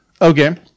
Okay